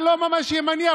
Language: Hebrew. אתה לא ממש ימני,